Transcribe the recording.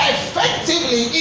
Effectively